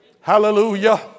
Hallelujah